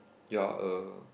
ya uh